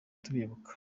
tubibuka